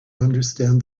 understand